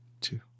two